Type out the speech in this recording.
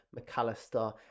McAllister